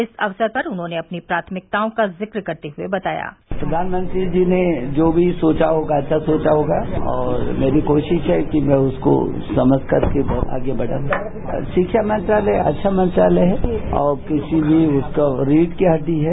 इस अवसर पर उन्होंने अपनी प्राथमिकताओं का जिक्र करते हुए बताया प्रधानमंत्री जी ने जो भी सोचा होगा अच्छा सोचा होगा और मेरी कोशिश है कि मैं उसको समझकर के बहुत आगे बढ़ाऊ और शिक्षा मंत्रालय अच्छा मंत्रालय है और किसी भी रीढ की हड्डी है